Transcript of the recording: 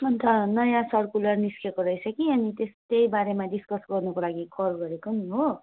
अन्त नयाँ सर्कुलर निस्केको रहेछ कि अनि त्यही बारेमा डिसकस गर्नुको लागि कल गरेको नि हो